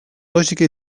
lògica